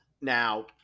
Now